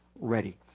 ready